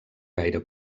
gaire